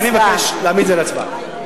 אני מבקש להעמיד את זה להצבעה.